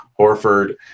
Horford